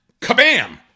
kabam